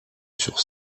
sur